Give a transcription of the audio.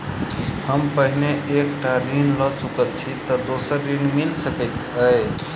हम पहिने एक टा ऋण लअ चुकल छी तऽ दोसर ऋण मिल सकैत अई?